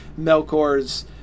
Melkor's